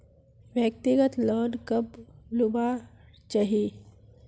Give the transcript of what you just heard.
व्यक्तिगत लोन कब लुबार चही?